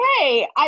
Okay